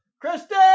Kristen